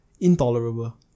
intolerable